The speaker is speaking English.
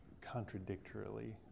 contradictorily